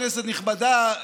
כנסת נכבדה,